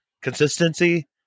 consistency